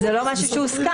וזה לא משהו שהוא סתם.